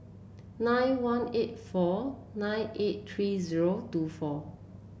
nine one eight four nine eight three zero two four